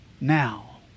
now